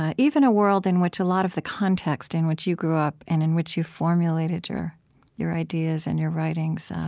ah even a world in which a lot of the context in which you grew up and in which you formulated your your ideas and your writings